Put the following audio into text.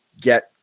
get